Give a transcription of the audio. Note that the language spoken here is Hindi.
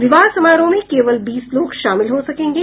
विवाह समारोह में केवल बीस लोग शामिल हो सकेंगे